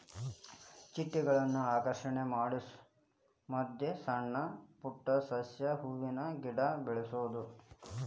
ಚಿಟ್ಟೆಗಳನ್ನ ಆಕರ್ಷಣೆ ಮಾಡುಸಮಂದ ಸಣ್ಣ ಪುಟ್ಟ ಸಸ್ಯ, ಹೂವಿನ ಗಿಡಾ ಬೆಳಸುದು